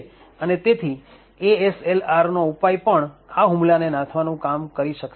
અને તેથી ASLRનો ઉપાય પણ આ હુમલાને નાથવાનું કામ નહિ કરી શકે